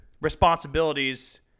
responsibilities